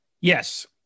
yes